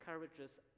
encourages